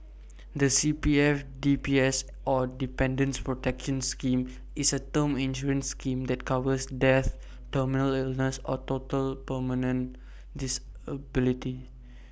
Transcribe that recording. the CPF DPS or Dependants protection scheme is A term insurance scheme that covers death terminal illness or total permanent disability